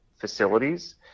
facilities